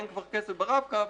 אין כבר כסף ברב קו,